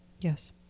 Yes